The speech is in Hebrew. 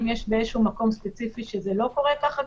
אם יש באיזשהו מקום ספציפי שזה לא קורה ככה.